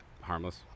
Harmless